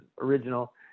original